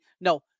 No